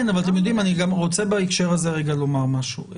כן אבל אני גם רוצה בהקשר הזה לומר משהו.